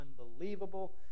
unbelievable